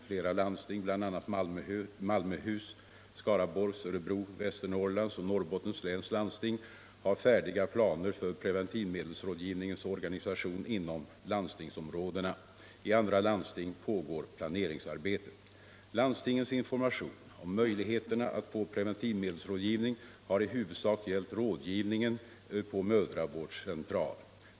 Flera landsting, bl.a. Malmöhus, Skaraborgs, Örebro, Västernorrlands och Norrbottens läns landsting har färdiga planer för preventivmedelsrådgivningens organisation inom landstingsområdena. I andra landsting pågår planeringsarbetet. Landstingens information om möjligheterna att få preventivmedelsrådgivning har i huvudsak gällt rådgivningen på mödravårdscentral.